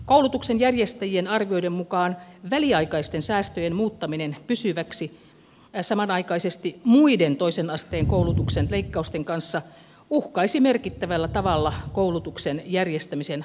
koulutuksen järjestäjien arvioiden mukaan väliaikaisten säästöjen muuttaminen pysyviksi samanaikaisesti muiden toisen asteen koulutuksen leikkausten kanssa uhkaisi merkittävällä tavalla koulutuksen järjestämisen mahdollisuuksia